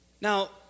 Now